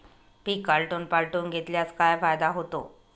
पीक आलटून पालटून घेतल्यास काय फायदा होतो?